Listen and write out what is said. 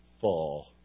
fall